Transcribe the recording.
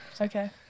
Okay